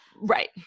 Right